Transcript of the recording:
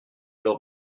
leur